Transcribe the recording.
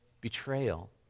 betrayal